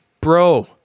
Bro